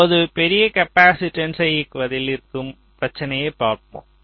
இப்போது பெரிய காப்பாசிட்டன்ஸ்யை இயக்குவதில் இருக்கும் பிரச்சனையை பார்ப்போம்